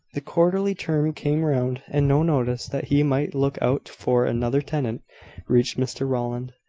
the quarterly term came round, and no notice that he might look out for another tenant reached mr rowland.